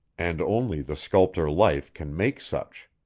and only the sculptor life can make such.